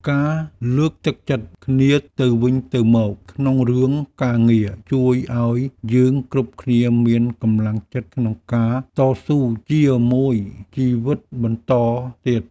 ការលើកទឹកចិត្តគ្នាទៅវិញទៅមកក្នុងរឿងការងារជួយឱ្យយើងគ្រប់គ្នាមានកម្លាំងចិត្តក្នុងការតស៊ូជាមួយជីវិតបន្តទៀត។